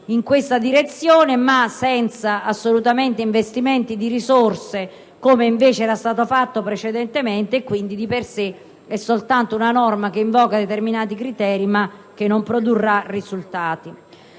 in questa direzione, ma non vi sono assolutamente investimenti in termini di risorse, come invece era stato fatto precedentemente. Pertanto, di per sé è soltanto una norma che invoca determinati criteri, ma che non produrrà risultati.